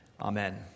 Amen